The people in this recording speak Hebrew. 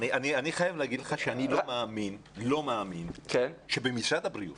אני חייב לומר לך שאני לא מאמין שבמשרד הבריאות